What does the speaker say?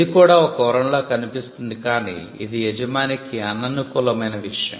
ఇది కూడా ఒక వరంలా కనిపిస్తుంది కాని ఇది యజమానికి అననుకూలమైన విషయం